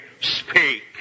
Speak